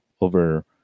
over